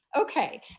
okay